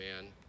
man